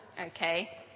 Okay